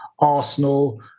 Arsenal